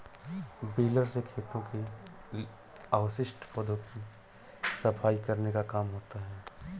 baler से खेतों के अवशिष्ट पौधों की सफाई करने का काम होता है